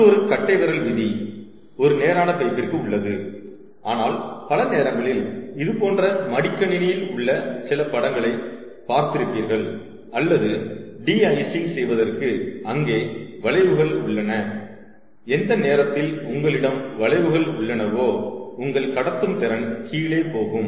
மற்றொரு கட்டைவிரல் விதி ஒரு நேரான பைப்பிற்கு உள்ளது ஆனால் பல நேரங்களில் இது போன்ற மடிக்கணினியில் உள்ள சில படங்களை பார்த்திருப்பீர்கள் அல்லது டி ஐசிங் செய்வதற்கு அங்கே வளைவுகள் உள்ளன எந்த நேரத்தில் உங்களிடம் வளைவுகள் உள்ளனவோ உங்கள் கடத்தும் திறன் கீழே போகும்